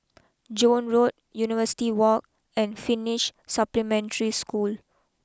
Joan Road University walk and Finish Supplementary School